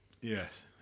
Yes